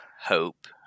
Hope